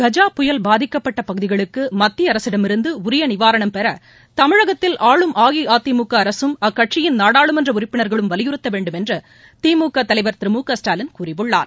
கஜா புயல் பாதிக்கப்பட்ட பகுதிகளுக்கு மத்திய அரசிடமிருந்து உரிய நிவாரணம் பெற தமிழகத்தில் ஆளும் அஇஅதிமுக அரசும் அக்கட்சியின் நாடாளுமன்ற உறுப்பினர்களும் வலியுறுத்த வேண்டும் என்று திமுக தலைவர் திரு மு க ஸ்டாலின் கூறியுள்ளார்